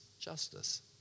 justice